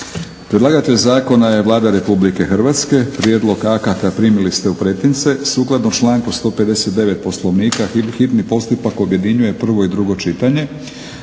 Predlagatelj zakona je Vlada RH. Prijedlog akata primili ste u pretince. Sukladno članku 159. Poslovnika hitni postupak objedinjuje prvo i drugo čitanje.